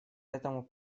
этому